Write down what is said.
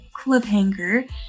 cliffhanger